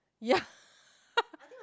yeah